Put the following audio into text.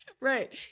Right